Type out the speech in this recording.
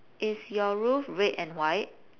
is your roof red and white